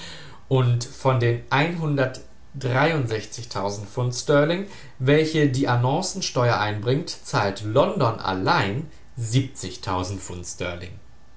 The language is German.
und von den von st welche die annoncen steuer einbringt zahlt london allein